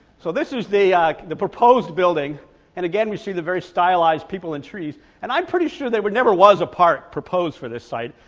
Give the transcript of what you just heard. so this is the ah the proposed building and again we see the very stylized people and trees and i'm pretty sure there never was a park proposed for this site,